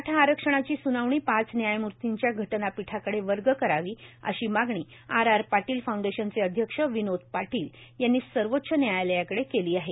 मराठा आरक्षणाची सुनावणी पाच न्यायमुर्तीच्या घटनापीठाकडे वर्ग करावी अशी मागणी आर आर पाटील फाऊंडेशनचे अध्यक्ष विनोद पाटील यांनी सर्वोच्च न्यायालयाकडे केली आहे